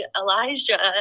Elijah